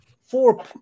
four